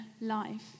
life